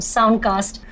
Soundcast